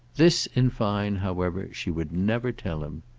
this, in fine, however, she would never tell him.